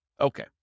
Okay